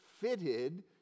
fitted